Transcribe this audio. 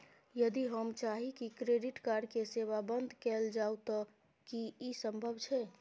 यदि हम चाही की क्रेडिट कार्ड के सेवा बंद कैल जाऊ त की इ संभव छै?